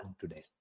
today